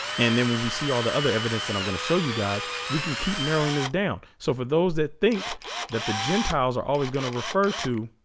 and then when we see all the other evidence that i'm going to show you guys we can keep narrowing this down so for those that think that the gentiles are always going to refer to